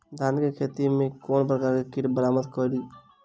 धान केँ खेती मे केँ प्रकार केँ कीट बरबाद कड़ी दैत अछि?